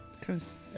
Cause